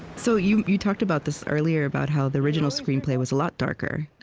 so you you talked about this earlier, about how the original screenplay was a lot darker,